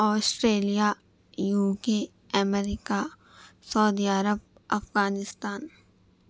Australia UK امریکہ سعودی عرب افغانستان